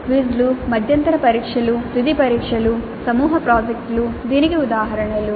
క్విజ్లు మధ్యంతర పరీక్షలు తుది పరీక్షలు సమూహ ప్రాజెక్టులు దీనికి ఉదాహరణలు